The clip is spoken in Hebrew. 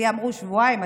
לי אמרו שבועיים.